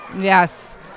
Yes